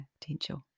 potential